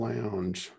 Lounge